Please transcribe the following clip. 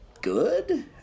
good